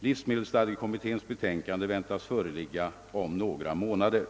Livsmedelsstadgekommitténs betänkande väntas föreligga om några månader.